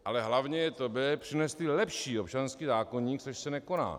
Ale hlavně to b) přinesli lepší občanský zákoník, což se nekoná.